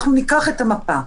ניקח את המפה,